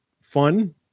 fun